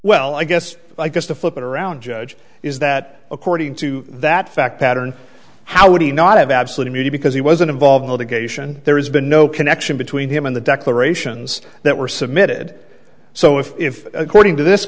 well i guess i guess to flip it around judge is that according to that fact pattern how would he not have absolute immunity because he wasn't involved litigation there's been no connection between him and the declarations that were submitted so if according to this